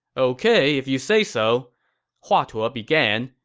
ok, if you say so hua tuo began.